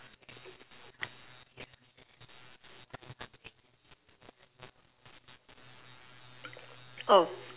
oh